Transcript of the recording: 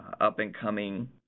up-and-coming